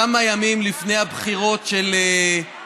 כמה ימים לפני הבחירות האחרונות,